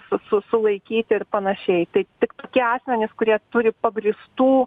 su su sulaikyti ir panašiai tai tik tokie asmenys kurie turi pagrįstų